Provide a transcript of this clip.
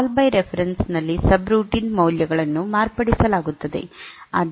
call by reference ನಲ್ಲಿ subroutine ಮೌಲ್ಯಗಳನ್ನು ಮಾರ್ಪಡಿಸಲಾಗುತ್ತದೆ